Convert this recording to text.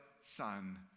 son